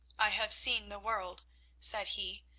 i have seen the world, said he,